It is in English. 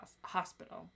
Hospital